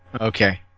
Okay